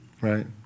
Right